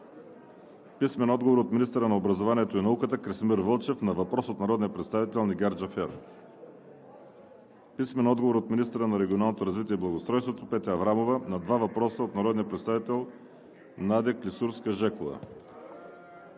Нигяр Джафер; - министъра на образованието и науката Красимир Вълчев на въпрос от народния представител Нигяр Джафер; - министъра на регионалното развитие и благоустройството Петя Аврамова на два въпроса от народния представител Надя Клисурска-Жекова;